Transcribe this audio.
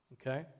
Okay